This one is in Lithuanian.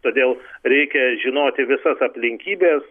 todėl reikia žinoti visas aplinkybes